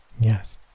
yes